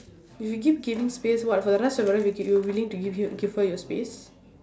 if you keep giving space [what] for the rest of your life you keep you willing to give her your space